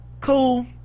cool